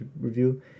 review